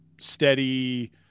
steady